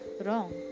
wrong